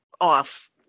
off